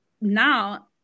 now